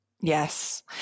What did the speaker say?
Yes